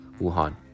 Wuhan